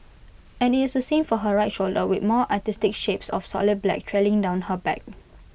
and IT is the same for her right shoulder with more artistic shapes of solid black trailing down her back